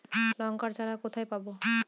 লঙ্কার চারা কোথায় পাবো?